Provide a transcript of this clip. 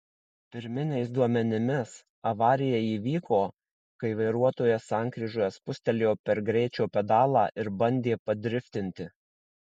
pirminiais duomenimis avarija įvyko kai vairuotojas sankryžoje spustelėjo per greičio pedalą ir bandė padriftinti